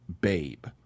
Babe